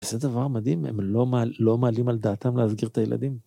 זה דבר מדהים, הם לא מעלים על דעתם להזכיר את הילדים.